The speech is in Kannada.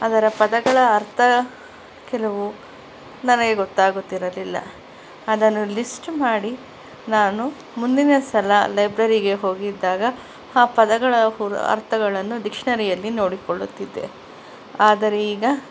ಅದರ ಪದಗಳ ಅರ್ಥ ಕೆಲವು ನನಗೆ ಗೊತ್ತಾಗುತ್ತಿರಲಿಲ್ಲ ಅದನ್ನು ಲಿಸ್ಟ್ ಮಾಡಿ ನಾನು ಮುಂದಿನ ಸಲ ಲೈಬ್ರೆರಿಗೆ ಹೋಗಿದ್ದಾಗ ಆ ಪದಗಳ ಅರ್ಥಗಳನ್ನು ಡಿಕ್ಷ್ನರಿಯಲ್ಲಿ ನೋಡಿಕೊಳ್ಳುತ್ತಿದ್ದೆ ಆದರೆ ಈಗ